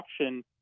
option